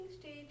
stage